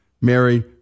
Mary